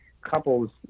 couples